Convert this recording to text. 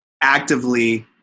actively